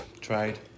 Tried